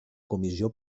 comissió